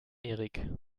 erik